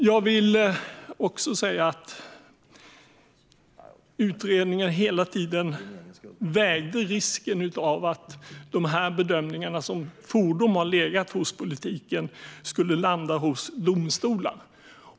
Utredningen vägde hela tiden in risken med att de bedömningar som fordom har legat hos politiken skulle landa hos domstolar.